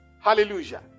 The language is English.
Hallelujah